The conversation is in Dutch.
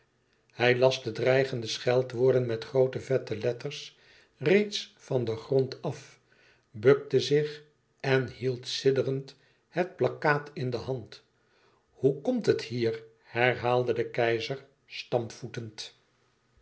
hij las de dreigende scheldwoorden met groote vette letters reeds van den grond af bukte zich en hield sidderend het plakkaat in de hand hoe komt het hier herhaalde de keizer stampvoetend